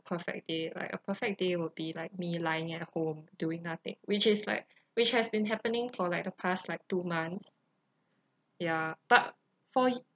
perfect day like a perfect day would be like me lying at home doing nothing which is like which has been happening for like the past like two months ya but for y~